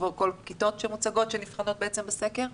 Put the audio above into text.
כל הכיתות שנבחנות בסקר.